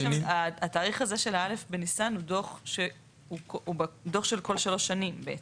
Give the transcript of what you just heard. אבל התאריך הזה של א' בניסן הוא דוח של כל שלוש שנים בעצם.